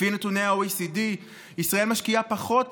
לפי נתוני ה-OECD, ישראל משקיעה פחות